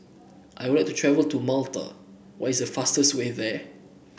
I would like to travel to Malta what is the fastest way there